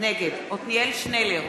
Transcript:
נגד עתניאל שנלר,